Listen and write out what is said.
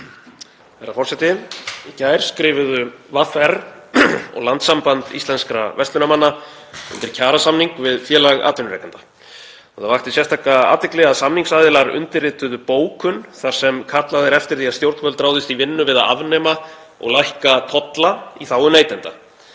Herra forseti. Í gær skrifuðu VR og Landssamband íslenskra verslunarmanna undir kjarasamning við Félag atvinnurekenda. Það vakti sérstaka athygli að samningsaðilar undirrituðu bókun þar sem kallað er eftir því að stjórnvöld ráðist í vinnu við að afnema og lækka tolla í þágu neytenda.